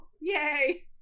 Yay